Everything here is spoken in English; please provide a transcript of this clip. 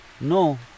No